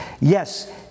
Yes